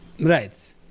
Right